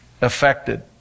affected